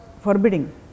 forbidding